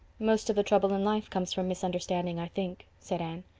most of the trouble in life comes from misunderstanding, i think, said anne.